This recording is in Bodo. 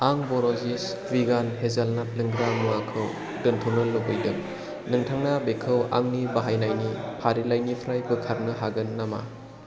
आं ब'रजिस भेगान हेजालनाट लोंग्रा मुवाखौ दोनथ'नो लुबैदों नोंथाङा बेखौ आंनि बाहायनायनि फारिलाइनिफ्राय बोखारनो हागोन नामा